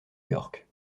york